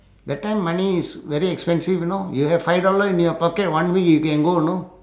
that time money is very expensive you know you have five dollar in your pocket one week you can go know